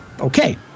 Okay